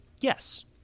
yes